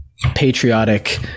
patriotic